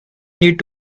need